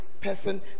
person